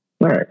Right